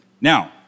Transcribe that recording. Now